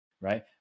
Right